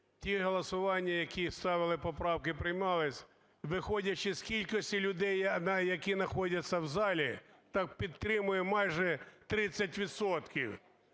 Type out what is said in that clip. Ті голосування, які ставили поправки, приймалися, виходячи з кількості людей, які знаходяться в залі, так підтримує майже 30